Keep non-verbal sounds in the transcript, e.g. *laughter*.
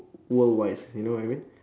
worldwide you know what I mean *breath*